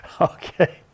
Okay